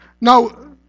Now